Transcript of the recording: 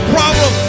problem